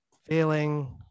feeling